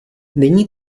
není